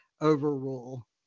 overrule